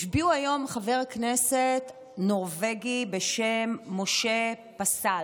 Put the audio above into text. השביעו היום חבר כנסת נורבגי בשם משה פסל,